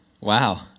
Wow